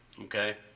okay